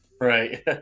Right